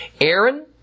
Aaron